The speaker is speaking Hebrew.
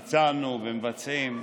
ביצענו ומבצעים,